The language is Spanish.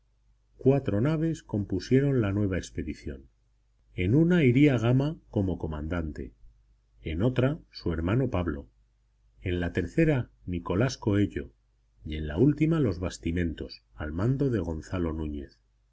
cuatro naves compusieron la nueva expedición en una iría gama como comandante en otra su hermano pablo en la tercera nicolás coello y en la última los bastimentos al mando de gonzalo núñez